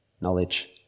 knowledge